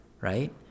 right